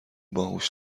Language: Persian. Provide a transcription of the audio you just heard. باهوش